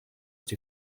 die